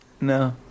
No